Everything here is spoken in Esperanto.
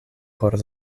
por